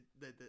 that-